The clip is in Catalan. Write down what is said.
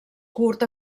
curt